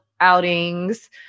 outings